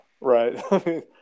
right